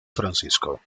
francisco